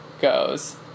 goes